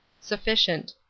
Sufficient